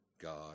God